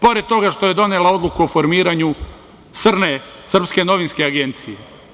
Pored toga što je donela odluku o formiranju „Srne“ srpske novinske agencije.